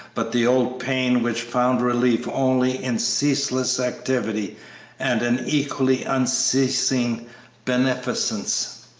but the old pain which found relief only in ceaseless activity and an equally unceasing beneficence.